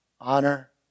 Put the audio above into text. honor